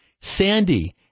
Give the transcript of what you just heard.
Sandy